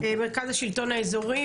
מרכז השלטון האזורי,